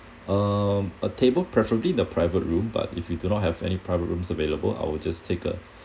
um a table preferably the private room but if you do not have any private rooms available I will just take a